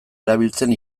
erabiltzen